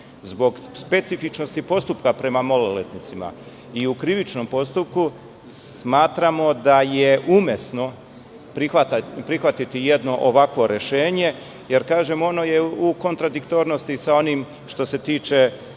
Zbog specifičnosti postupka prema maloletnicima i u krivičnom postupku smatramo da je umesno prihvatiti jedno ovakvo rešenje jer ono je u kontradiktornosti sa onim što se tiče